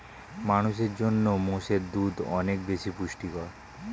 মানুষের জন্য মোষের দুধ অনেক বেশি পুষ্টিকর